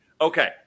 Okay